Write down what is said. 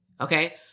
okay